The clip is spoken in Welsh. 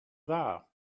dda